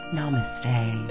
Namaste